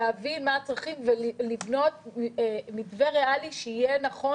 להבין מה הצרכים ולבנות מתווה ריאלי שיהיה נכון